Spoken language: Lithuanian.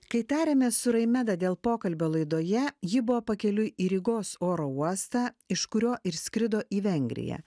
kai tarėmės su raimeda dėl pokalbio laidoje ji buvo pakeliui į rygos oro uostą iš kurio išskrido į vengriją